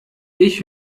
ich